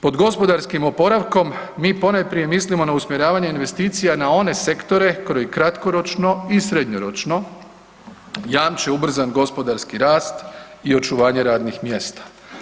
Pod gospodarskom oporavkom, mi ponajprije mislimo na usmjeravanje investicija na one sektore koji kratkoročno i srednjoročno jamče ubrzan gospodarski rast i očuvanje radnih mjesta.